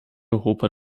europa